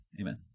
Amen